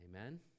Amen